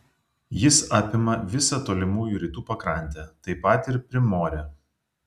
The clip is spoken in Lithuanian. jis apima visą tolimųjų rytų pakrantę taip pat ir primorę